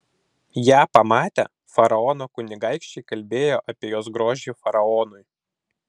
ją pamatę faraono kunigaikščiai kalbėjo apie jos grožį faraonui